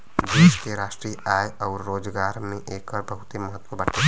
देश के राष्ट्रीय आय अउर रोजगार में एकर बहुते महत्व बाटे